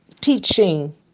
teaching